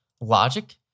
logic